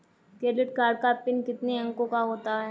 Credit card का PIN कितने अंकों का होता है?